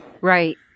Right